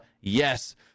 Yes